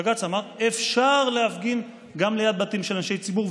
בג"ץ אמר: אפשר להפגין גם ליד בתים של אנשי ציבור,